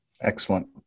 Excellent